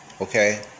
Okay